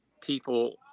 people